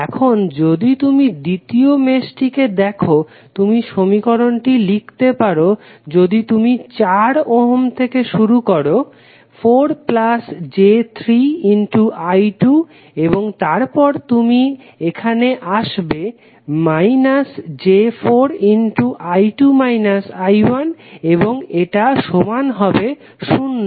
এখন যদি তুমি দ্বিতীয় মেশটিকে দেখো তুমি সমীকরণটি লিখতে পারো যদি তুমি 4 ওহম থেকে শুরু করো 4j3I2 এবং তারপর তুমি আখানে আসবে −j4 এবং এটা সমান হবে শূন্য